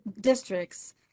districts